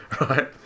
right